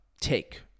take